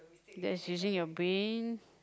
that's using your brain